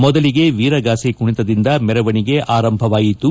ಮೊದಲಿಗೆ ವೀರಗಾಸೆ ಕುಣಿತದಿಂದ ಮೆರವಣಿಗೆ ಆರಂಭವಾಯಿತು